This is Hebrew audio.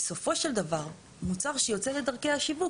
בסופו של דבר מוצר שיוצא לדרכי השיווק,